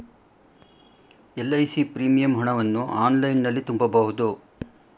LIC premium ಹಣವನ್ನು ಆನ್ಲೈನಲ್ಲಿ ತುಂಬಬಹುದು